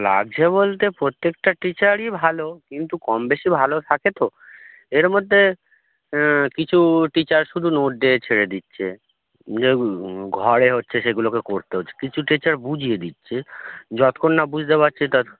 লাগছে বলতে প্রত্যেকটা টিচারই ভালো কিন্তু কম বেশি ভালো থাকে তো এর মধ্যে কিছু টিচার শুধু নোট দিয়ে ছেড়ে দিচ্ছে ঘরে হচ্ছে সেগুলোকে করতে হচ্ছে কিছু টিচার বুঝিয়ে দিচ্ছে যতখন না বুঝতে পারছি তত